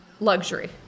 luxury